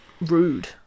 rude